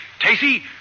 Tacey